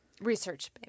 Research